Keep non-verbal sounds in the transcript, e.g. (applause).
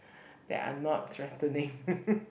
(breath) that are not threatening (laughs)